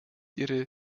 ihre